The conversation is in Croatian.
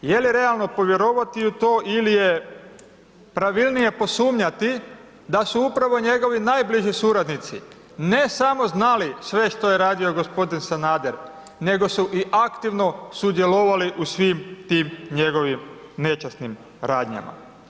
Je li realno povjerovati u to ili je pravilnije posumnjati da su upravo njegovi najbliži suradnici, ne samo znali sve što je radio gospodin Sanader, nego su i aktivno sudjelovali u svim tim njegovim nečasnim radnjama.